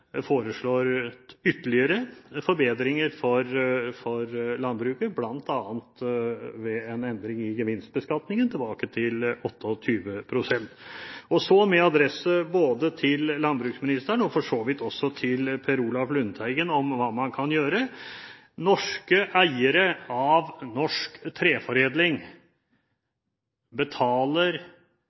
vi i våre alternative budsjetter foreslår ytterligere forbedringer for landbruket, bl.a. ved en endring i gevinstbeskatningen tilbake til 28 pst. Så med adresse både til landbruksministeren og for så vidt også til Per Olaf Lundteigen om hva man kan gjøre. Norske eiere av norsk treforedling betaler